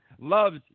loves